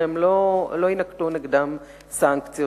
ולא יינקטו נגדם סנקציות.